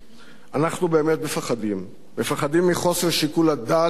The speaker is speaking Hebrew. אנחנו באמת מפחדים, מפחדים מחוסר שיקול הדעת שלך,